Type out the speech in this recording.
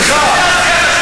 סליחה.